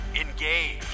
engage